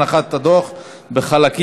הנחת הדוח בחלקים),